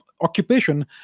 occupation